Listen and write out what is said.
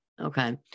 Okay